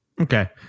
Okay